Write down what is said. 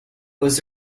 was